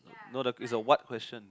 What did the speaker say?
no the it's a what question